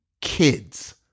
kids